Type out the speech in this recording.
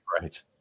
Right